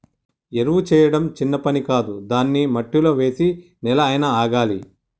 ఎరువు చేయడం చిన్న పని కాదు దాన్ని మట్టిలో వేసి నెల అయినా ఆగాలి